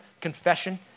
confession